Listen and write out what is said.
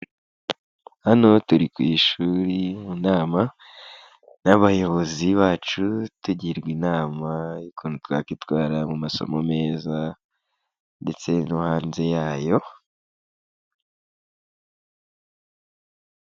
Hano turi ku ishuri mu nama n'abayobozi bacu, tugirwa inama y'ukuntu twakitwara mu masomo meza ndetse no hanze yayo.